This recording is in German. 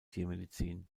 tiermedizin